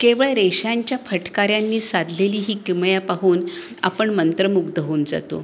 केवळ रेषांच्या फटकऱ्यांनी साधलेली ही किमया पाहून आपण मंत्रमुग्ध होऊन जातो